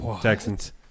Texans